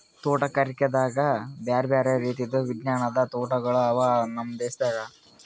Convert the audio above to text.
ತೋಟಗಾರಿಕೆದಾಗ್ ಬ್ಯಾರೆ ಬ್ಯಾರೆ ರೀತಿದು ವಿಜ್ಞಾನದ್ ತೋಟಗೊಳ್ ಅವಾ ನಮ್ ದೇಶದಾಗ್